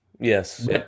Yes